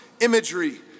imagery